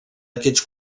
aquests